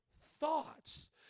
thoughts